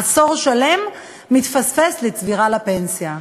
עשור שלם מתפספס לצבירה לפנסיה.